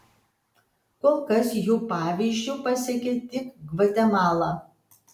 kol kas jų pavyzdžiu pasekė tik gvatemala